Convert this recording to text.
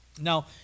Now